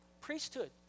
priesthood